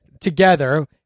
together